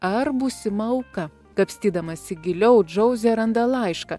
ar būsima auka kapstydamasi giliau džauzė randa laišką